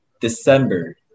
December